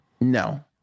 No